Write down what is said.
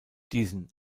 diesen